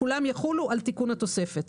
הצבעה אושר סעיף 14מג עד 14צו אושרו פה אחד.